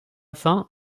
fin